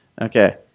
Okay